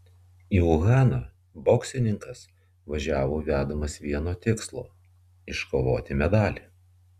į uhaną boksininkas važiavo vedamas vieno tikslo iškovoti medalį